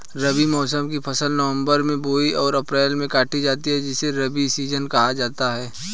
रबी मौसम की फसल नवंबर में बोई और अप्रैल में काटी जाती है जिसे रबी सीजन कहा जाता है